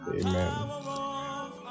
amen